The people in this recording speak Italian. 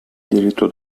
diritto